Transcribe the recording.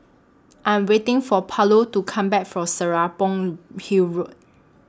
I'm waiting For Paulo to Come Back from Serapong Hill Road